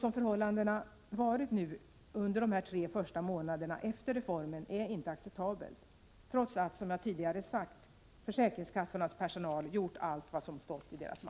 De förhållanden som rått under de här tre första månaderna efter reformen är inte acceptabla, trots att — som jag sagt tidigare — försäkringskassornas personal har gjort allt vad som stått i dess makt.